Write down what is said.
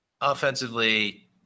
offensively